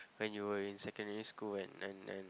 when you were in secondary school and and and